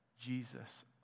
Jesus